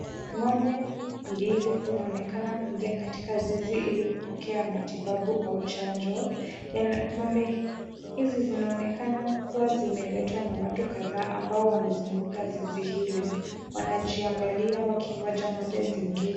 Ng'ombe mbili zinaonekana kuingia katika zizi ili kupokea matibabu au chanjo, yaani ng'ombe hizi zinaonekana kuwa zimeletwa na watu kadhaa ambao wamezunguka zizi hili. Wanajiangalia wakingoja ng'ombe zingine.